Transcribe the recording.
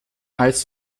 als